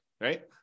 right